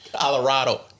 Colorado